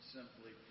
Simply